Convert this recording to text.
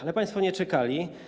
Ale państwo nie czekali.